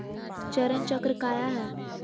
चरण चक्र काया है?